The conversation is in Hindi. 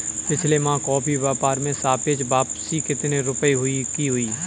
पिछले माह कॉफी व्यापार में सापेक्ष वापसी कितने रुपए की हुई?